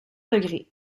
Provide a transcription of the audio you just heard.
degrés